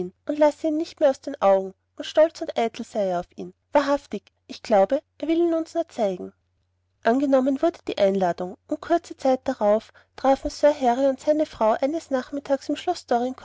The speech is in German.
und lasse ihn nicht mehr aus den augen und stolz und eitel sei er auf ihn wahrhaftig ich glaube er will ihn uns nur zeigen angenommen wurde die einladung und kurze zeit darauf trafen sir harry und seine frau eines nachmittags in schloß